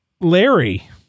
Larry